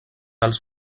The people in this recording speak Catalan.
als